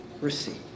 receive